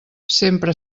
sempre